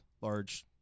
large